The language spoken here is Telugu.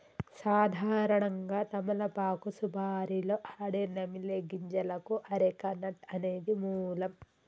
సాధారణంగా తమలపాకు సుపారీలో ఆడే నమిలే గింజలకు అరెక నట్ అనేది మూలం